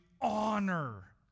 honor